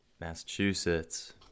Massachusetts